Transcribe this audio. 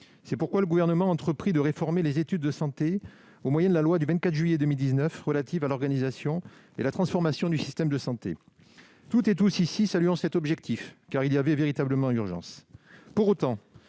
C'est pourquoi le Gouvernement a entrepris de réformer les études de santé au moyen de la loi du 24 juillet 2019 relative à l'organisation et à la transformation du système de santé. Tous ici, nous saluons cet objectif, car il y avait véritablement urgence.